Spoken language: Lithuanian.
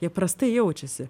jie prastai jaučiasi